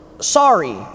sorry